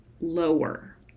lower